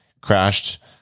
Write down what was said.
crashed